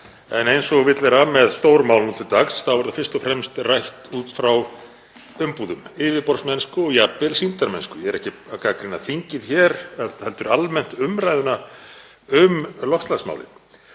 en eins og vill vera með stórmál nú til dags þá er það fyrst og fremst rætt út frá umbúðum, yfirborðsmennsku og jafnvel sýndarmennsku. Ég er ekki að gagnrýna þingið hér heldur almennt umræðuna um loftslagsmálin,